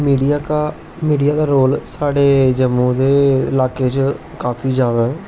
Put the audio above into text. media दा role साढ़े जम्मू दे ल्हाके च काफी ज्यादा ऐ